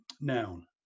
noun